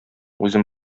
үзем